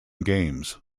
games